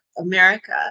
America